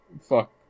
Fuck